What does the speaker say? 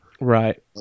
Right